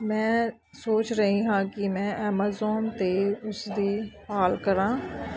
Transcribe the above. ਮੈਂ ਸੋਚ ਰਹੀ ਹਾਂ ਕਿ ਮੈਂ ਐਮਾਜ਼ੋਨ 'ਤੇ ਉਸਦੀ ਭਾਲ ਕਰਾਂ